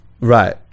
right